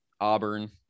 Auburn